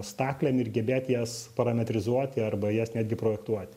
staklėm ir gebėt jas parametrizuoti arba jas netgi projektuoti